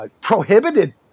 Prohibited